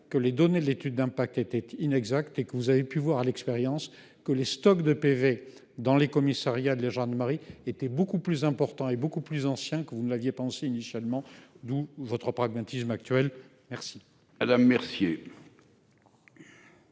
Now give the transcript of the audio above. que les données de l'étude d'impact étaient inexactes et que vous avez pu voir à l'expérience que les stocks de procès-verbaux (PV) dans les commissariats et les gendarmeries étaient beaucoup plus importants et anciens que vous ne l'aviez pensé initialement. D'où votre pragmatisme actuel. La